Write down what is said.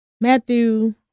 Matthew